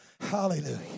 hallelujah